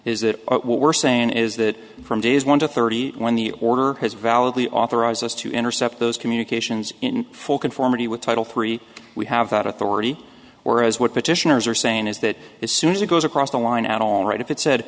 is that what we're saying is that from days one to thirty when the order has validly authorize us to intercept those communications in full conformity with title three we have that authority or as what petitioners are saying is that as soon as it goes across the line at all right if it said